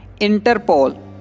Interpol